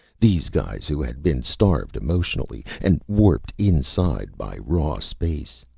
these guys who had been starved emotionally, and warped inside by raw space.